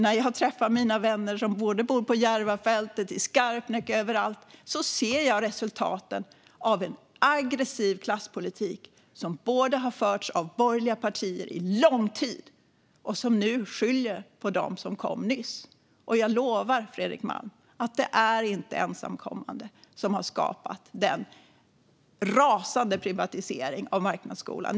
När jag träffar mina vänner som bor på Järvafältet, i Skarpnäck och i andra områden ser jag resultaten av en aggressiv klasspolitik som har förts av borgerliga partier under lång tid, partier som nu skyller på dem som kom nyss. Och jag lovar, Fredrik Malm, att det inte är ensamkommande som har skapat den rasande privatiseringen av marknadsskolan.